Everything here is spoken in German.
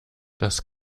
das